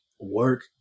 work